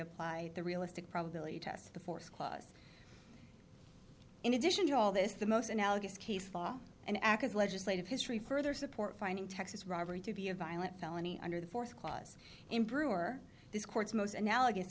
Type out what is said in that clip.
apply the realistic probability test the force clause in addition to all this the most analogous case law and act as legislative history further support finding texas robbery to be a violent felony under the fourth clause in brewer this court's most analogous